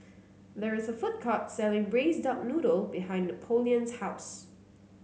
there is a food court selling Braised Duck Noodle behind Napoleon's house